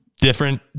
Different